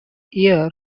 year